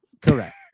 Correct